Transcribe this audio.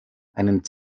einen